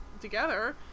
together